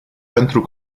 pentru